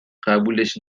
قبولش